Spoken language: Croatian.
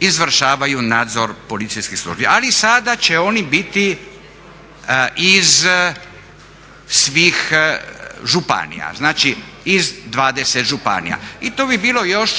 izvršavaju nadzor policijskih službi. Ali, sada će oni biti iz svih županija. Znači, iz 20 županija. I to bi bilo još